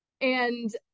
And-